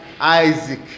Isaac